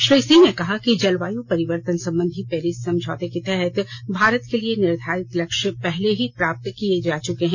श्री सिंह ने कहा कि जलवायु परिवर्तन संबंधी पेरिस समझौते के तहत भारत के लिए निर्धारित लक्ष्य पहले ही प्राप्त किए जा चूके हैं